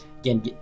Again